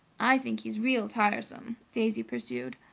i think he's real tiresome, daisy pursued.